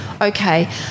Okay